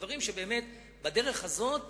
בדרך הזאת